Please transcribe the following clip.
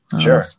Sure